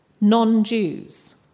non-Jews